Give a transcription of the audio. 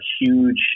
huge